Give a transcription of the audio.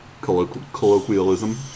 colloquialism